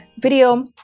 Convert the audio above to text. video